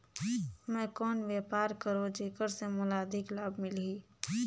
मैं कौन व्यापार करो जेकर से मोला अधिक लाभ मिलही?